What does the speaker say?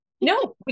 No